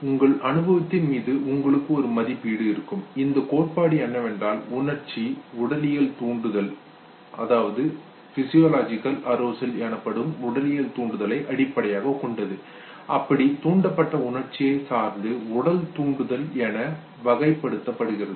உங்கள் அனுபவத்தின் மீது உங்களுக்கு ஒரு மதிப்பீடு இருக்கும் இந்த கோட்பாடு என்னவென்றால் உணர்ச்சி உடலியல் தூண்டுதலை பிசியோலொஜிக்கல் அரூசல் அடிப்படையாகக் கொண்டது அப்படி தூண்டப்பட்ட உணர்ச்சியை சார்ந்து உடல் தூண்டுதல் என வகைப்படுத்தப்படுகிறது